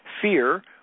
Fear